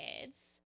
kids